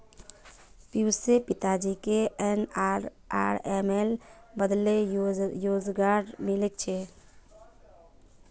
पियुशेर पिताजीक एनएलआरएमेर बदौलत रोजगार मिलील छेक